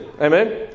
Amen